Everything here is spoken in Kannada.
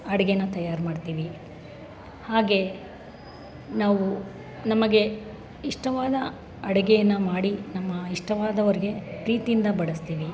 ಅಡುಗೆನ ತಯಾರು ಮಾಡ್ತೀವಿ ಹಾಗೆ ನಾವು ನಮಗೆ ಇಷ್ಟವಾದ ಅಡುಗೆಯನ್ನು ಮಾಡಿ ನಮ್ಮ ಇಷ್ಟವಾದವ್ರಿಗೆ ಪ್ರೀತಿಯಿಂದ ಬಡಿಸ್ತೀವಿ